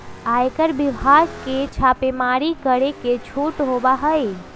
आयकर विभाग के छापेमारी करे के छूट होबा हई